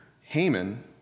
Haman